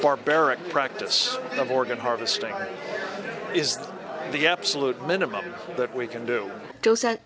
barbaric practice of organ harvesting is the absolute minimum that we can do that